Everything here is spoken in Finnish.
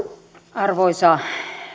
arvoisa